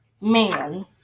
Man